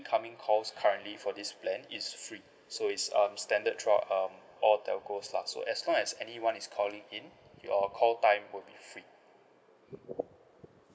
calls currently for this plan is free so it's um standard through out um all telcos lah so as long as anyone is calling in your call time will be free